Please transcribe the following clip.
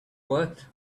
worth